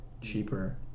cheaper